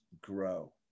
grow